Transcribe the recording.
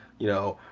you know,